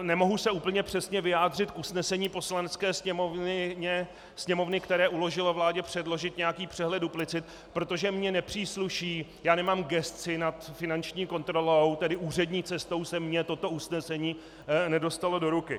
Nemohu se úplně přesně vyjádřit k usnesení Poslanecké sněmovny, které uložilo vládě předložit nějaký přehled duplicit, protože mně nepřísluší, já nemám gesci nad finanční kontrolou, tedy úřední cestou se mně toto usnesení nedostalo do ruky.